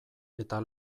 eta